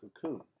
cocoon